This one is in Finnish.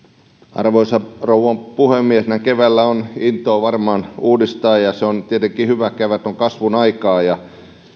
arvoisa rouva puhemies näin keväällä on intoa varmaan uudistaa ja se on tietenkin hyvä kevät on kasvun aikaa ja